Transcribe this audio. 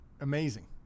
Amazing